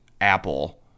apple